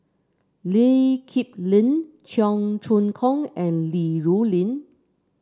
Lee Kip Lin Cheong Choong Kong and Li Rulin